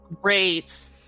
Great